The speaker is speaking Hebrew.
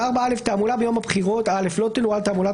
תעמולה ביום הבחירות תעמולה